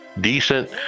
decent